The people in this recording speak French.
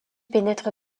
pénètre